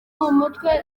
mumutwe